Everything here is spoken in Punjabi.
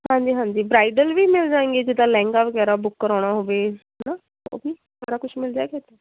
ਹਾਂਜੀ ਹਾਂਜੀ ਬ੍ਰਾਈਡਲ ਵੀ ਮਿਲ ਜਾਏਂਗੇ ਜਿੱਦਾਂ ਲਹਿੰਗਾ ਵਗੈਰਾ ਬੁੱਕ ਕਰਵਾਉਣਾ ਹੋਵੇ ਹੈ ਨਾ ਉਹ ਵੀ ਸਾਰਾ ਕੁਛ ਮਿਲ ਜਾਵੇਗਾ ਇੱਥੋਂ